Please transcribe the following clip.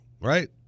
right